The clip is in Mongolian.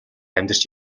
амьдарч